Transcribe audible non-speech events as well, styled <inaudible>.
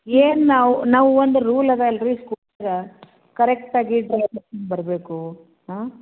ಏನು ನಾವು ನಾವು ಒಂದು ರೂಲ್ ಅದ ಅಲ್ರೀ ಸ್ಕೂಲ್ಗೆ ಕರೆಕ್ಟ್ ಆಗಿ <unintelligible> ಬರಬೇಕು ಹಾಂ